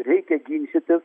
reikia ginčytis